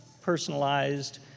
personalized